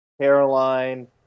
Caroline